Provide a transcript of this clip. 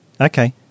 Okay